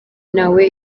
nawe